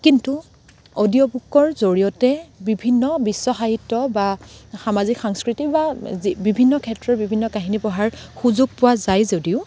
কিন্তু অডিঅ' বুকৰ জৰিয়তে বিভিন্ন বিশ্বসাহিত্য বা সামাজিক সাংস্কৃতিক বা যি বিভিন্ন ক্ষেত্ৰৰ বিভিন্ন কাহিনী পঢ়াৰ সুযোগ পোৱা যায় যদিও